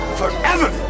forever